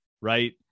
right